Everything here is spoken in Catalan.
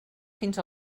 fins